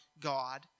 God